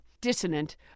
dissonant